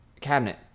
cabinet